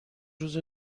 روز